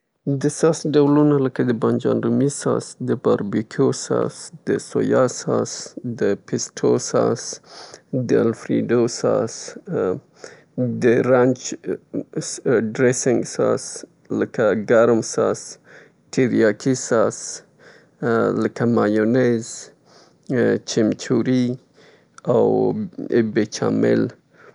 ساس مختلف انواوې لري چې خوړو ته جلا خوند ورکوي او مختلف دي. توپیر لري یو تر بله لکه د بانجان رومیو ساس شو، د باربیکیو ساس ش، و الفرادیو ساس شو، پیستو سویا ساس، ګرم ساس او همداسې بیچ میل چیریاکي ساس او داسې نور.